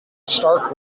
stark